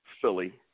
Philly